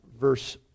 verse